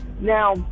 Now